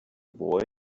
boy